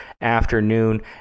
afternoon